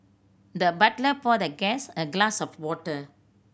the butler poured the guest a glass of water